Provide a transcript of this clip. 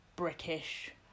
british